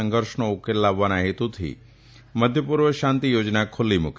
સંઘર્ષનો ઉકેલ લાવવવાના હેતુથી મધ્ય પૂર્વ શાંતી યોજના ખુલ્લી મુકી